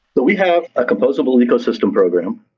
but we have a composable ecosystem program.